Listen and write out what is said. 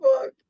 fuck